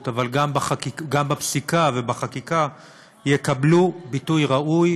אבל גם בפסיקה ובחקיקה יקבלו ביטוי ראוי,